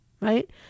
right